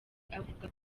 avuga